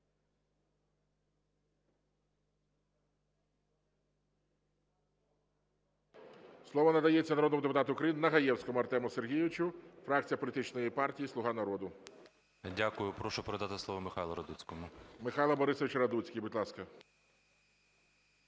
Дякую. Прошу передати слово Михайлу Радуцькому.